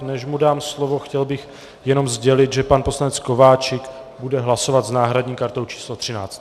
Než mu dám slovo, chtěl bych jenom sdělit, že pan poslanec Kováčik bude hlasovat s náhradní kartou číslo 13.